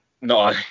no